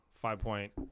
Five-point